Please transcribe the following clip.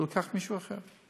ולקח מישהו אחר.